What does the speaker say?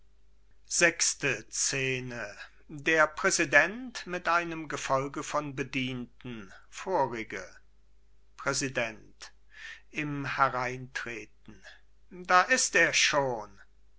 sechste scene der präsident mit einem gefolge von bedienten vorige präsident im hereintreten da ist er schon